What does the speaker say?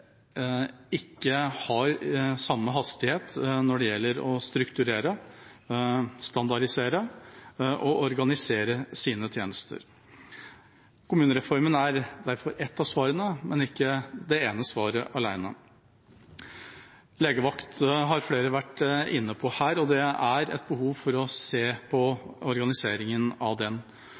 ikke har samme hastighet når det gjelder å strukturere, standardisere og organisere sine tjenester. Kommunereformen er derfor et av svarene, men ikke det ene svaret alene. Legevakt har flere vært inne på, og det er behov for å se på organiseringen av den.